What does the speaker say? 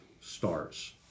stars